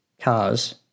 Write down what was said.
cars